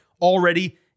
Already